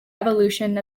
evolution